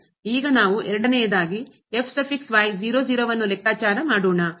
ಈಗ ನಾವು ಎರಡನೆಯದಾಗಿ ಲೆಕ್ಕಾಚಾರ ಮಾಡೋಣ